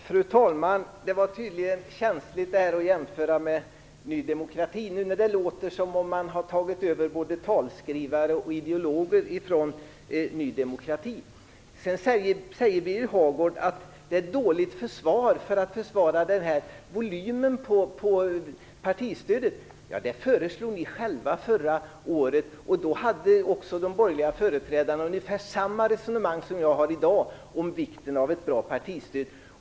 Fru talman! Det var tydligen känsligt att jämföra Moderaterna med Ny demokrati. Det låter som om man har tagit över både talskrivare och ideologer från Ny demokrati. Birger Hagård säger att det är ett dåligt försvar för volymen på partistödet. Det föreslog ni själva förra året. Då hade de borgerliga företrädarna ungefär samma resonemang som jag har i dag om vikten av ett bra partistöd.